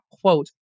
quote